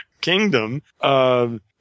kingdom –